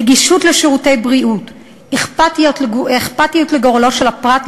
נגישות של שירותי בריאות ואכפתיות לגורלו של הפרט,